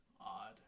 odd